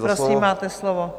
Prosím, máte slovo.